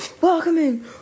welcoming